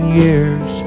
years